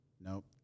nope